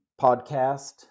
podcast